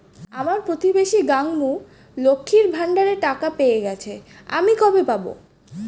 আমার প্রতিবেশী গাঙ্মু, লক্ষ্মীর ভান্ডারের টাকা পেয়ে গেছে, আমি কবে পাব?